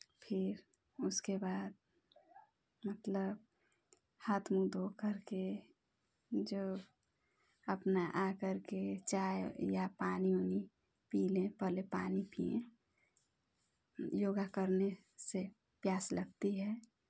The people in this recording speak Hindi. फिर उसके बाद मतलब हाथ मुँह धोकर के जो अपना आकर के चाय या पानी वानी पी लें पहले पानी पीएँ योगा करने से प्यास लगती है